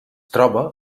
troba